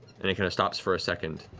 and it kind of stops for a second,